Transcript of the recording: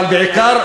אבל בעיקר,